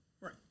Right